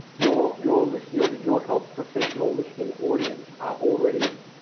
your your listener, your your health professional listening audience are already,